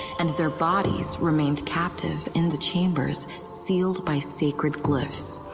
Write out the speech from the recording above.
and their bodies remained captive in the chambers sealed by sacred glyphs.